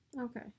Okay